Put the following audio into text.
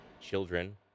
children